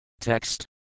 Text